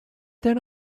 then